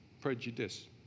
prejudice